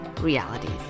realities